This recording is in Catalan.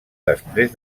després